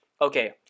okay